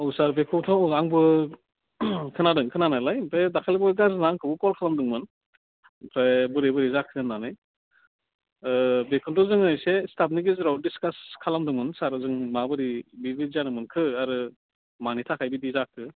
औ सार बेखौथ' आंबो खोनादों खोनायालाय ओमफ्राय दाख्लै लावदुमा आंखौ कल खालामदोंमोन ओमफ्राय बोरै बोरै जाखो होननानै ओह बेखौन्थ' जोङो एसे स्टापनि गेजेराव डिक्सास खालामदोंमोन सार जोङो माबोरै बिदि जानो मोनखो आरो मानि थाखाय बिदि जाखो